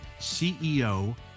CEO